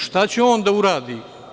Šta će on da uradi?